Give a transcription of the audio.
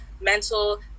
mental